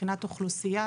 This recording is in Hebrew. מבחינת אוכלוסייה,